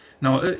Now